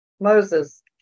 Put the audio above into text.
Moses